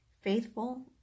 faithful